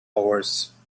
horse